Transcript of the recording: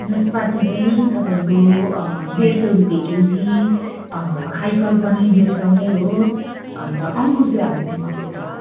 नास्पाती चाहिँ तपाईँको डेढ सय रुपे केजी आइफल पनि डेढ सय नै हो अन्त अङ्गुर चाहिँ अलिकिति महँगो छ